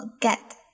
get